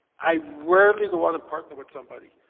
i rarely go out and partner with somebody.